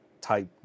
type